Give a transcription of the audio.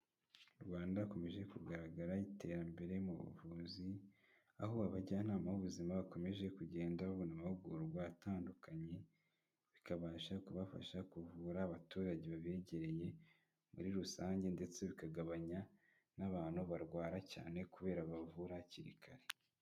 Mu Rwanda hakomeje kugaragara iterambere mu buvuzi, aho abajyanama b'ubuzima bakomeje kugenda babona amahugurwa atandukanye, bikabasha kubafasha kuvura abaturage babegereye, muri rusange ndetse bikagabanya n'abantu barwara cyane kubera bavurwa hakiri kare.